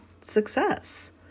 success